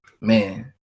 man